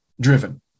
driven